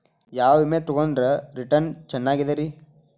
ಯಾವ ವಿಮೆ ತೊಗೊಂಡ್ರ ರಿಟರ್ನ್ ಚೆನ್ನಾಗಿದೆರಿ?